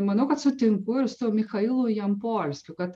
manau kad sutinku ir su michailu jampolskiu kad